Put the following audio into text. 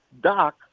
Doc